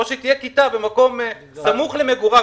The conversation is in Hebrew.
או שתהיה לו כיתה סמוך למגוריו,